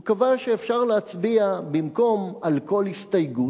הוא קבע שאפשר להצביע במקום על כל הסתייגות,